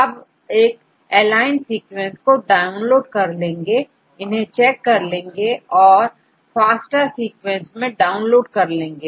अब हम aligned sequences को डाउनलोड कर लेंगे इन्हें चेक कर लेंगे और FASTA सीक्वेंस मैं डाउनलोड कर लेंगे